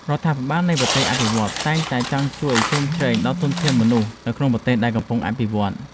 រដ្ឋាភិបាលនៃប្រទេសអភិវឌ្ឍន៍តែងតែចង់ជួយជ្រោមជ្រែងដល់ធនធានមនុស្សនៅក្នុងប្រទេសដែលកំពុងអភិវឌ្ឍ។